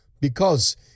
Because